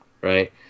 right